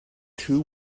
two